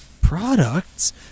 Products